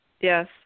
Yes